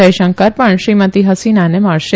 જયશંકર પણ શ્રીમતી હસીનાને મળશે